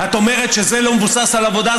את אומרת שזה לא מבוסס על עבודה,